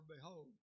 Behold